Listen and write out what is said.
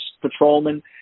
patrolmen